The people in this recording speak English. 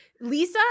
Lisa